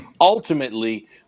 ultimately